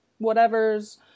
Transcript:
whatevers